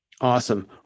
Awesome